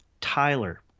Tyler